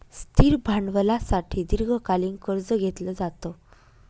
स्थिर भांडवलासाठी दीर्घकालीन कर्ज घेतलं जातं